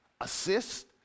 assist